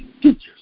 teachers